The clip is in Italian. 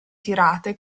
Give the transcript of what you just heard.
tirate